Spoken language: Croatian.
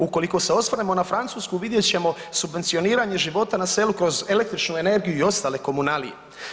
Ukoliko se osvrnemo na Francusku vidjet ćemo subvencioniranje života na selu kroz električnu energiju i ostale komunalije.